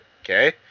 okay